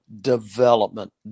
development